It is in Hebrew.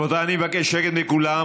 מבקש שקט מכולם.